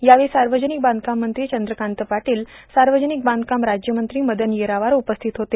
यावेळी सावर्जानक बांधकाम मंत्री चंद्रकांत पाटील सावर्जानक बांधकाम राज्यमंत्री मदन येरावार उपस्थित होते